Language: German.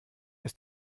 ist